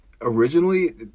originally